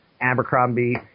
Abercrombie